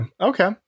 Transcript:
Okay